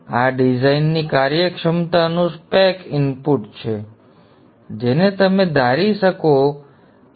આ ડિઝાઇનની કાર્યક્ષમતાનું spec ઇનપુટ છે જેને તમે ધારી શકો છો કે તે 0